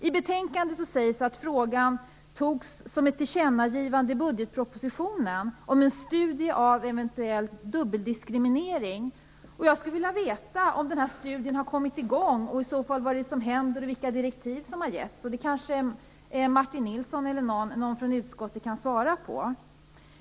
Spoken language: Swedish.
I betänkandet sägs att frågan togs upp som ett tillkännagivande i budgetpropositionen om en studie av en eventuell dubbel diskriminering. Jag skulle vilja veta om den här studien har kommit i gång och i så fall vad det är som händer och vilka direktiv som har getts. Det kanske Martin Nilsson eller någon från utskottet kan svara på.